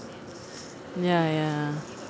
ya ya